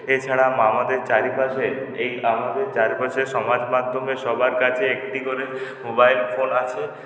এছাড়া আমাদের চারিপাশে এই আমাদের চারিপাশের সমাজ মাধ্যমে সবার কাছে একটি করে মোবাইল ফোন আছে